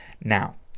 Now